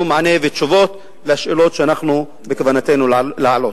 מענה ותשובות על השאלות שבכוונתנו להעלות.